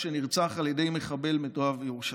שנרצח על ידי מחבל מתועב בירושלים.